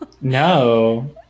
no